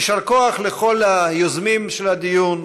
יישר כוח לכל היוזמים של הדיון,